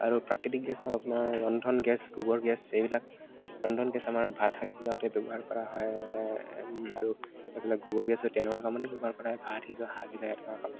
আৰু প্ৰাকৃতিক গেছ হ'ল আপোনাৰ ৰন্ধন গেছ গোবৰ গেছ এইবিলাক ৰন্ধন গেছ আমাৰ ভাত শাক সি যাওঁতে ব্যৱহাৰ কৰা হয় আৰু এইফালে গোবৰ গেছো তেনেকুৱা কামেই ব্যৱহাৰ কৰা হয় ভাত সিজোৱা শাক সিজা এনেকুৱা কামত